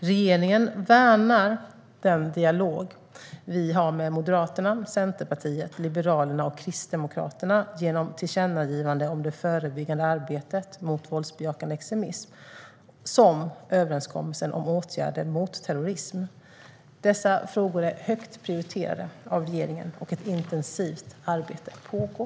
Regeringen värnar såväl den dialog vi har med Moderaterna, Centerpartiet, Liberalerna och Kristdemokraterna genom tillkännagivanden om det förebyggande arbetet mot våldsbejakande extremism som överenskommelsen om åtgärder mot terrorism. Dessa frågor är högt prioriterade av regeringen, och ett intensivt arbete pågår.